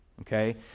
okay